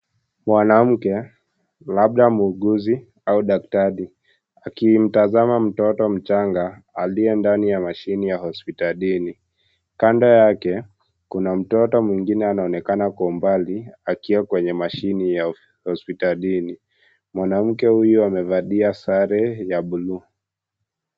Mwanamke labda muuguzi au daktari akimtazama mtoto mchanga aliye ndani ya mashini ya hospitalini . Kando yake kuna mtoto mwingine anaonekana kwa umbali akiwa kwenye mashini ya hospitalini . Mwanamke huyu amevalia sare za buluu